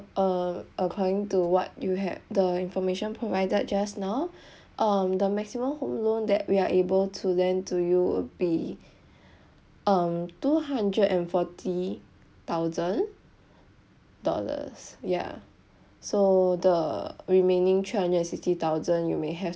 um according to what you have the information provided just now um the maximum home loan that we are able to lend to you would be um two hundred and forty thousand dollars ya so the remaining three hundred sixty thousand you may have